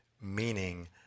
Meaning